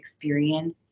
experience